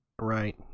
Right